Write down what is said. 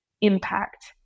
impact